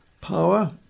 Power